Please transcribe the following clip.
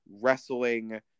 Wrestling